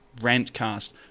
Rantcast